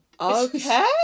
Okay